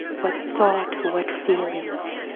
what thought, or what feelings.